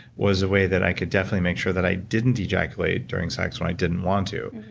was a way that i could definitely make sure that i didn't ejaculate during sex when i didn't want to,